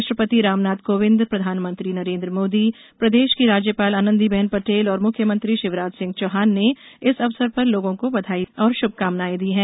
राष्ट्रपति रामनाथ कोविंद प्रधानमंत्री नरेन्द्र मोदी प्रदेश की राज्यपाल आनंदीबेन पटेल और मुख्यमंत्री शिवराज सिंह चौहान ने इस अवसर पर लोगों को बघाई और श्मकामनाएं दी हैं